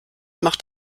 macht